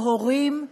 או הורים,